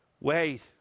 Wait